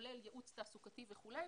כולל ייעוץ תעסוקתי וכולי.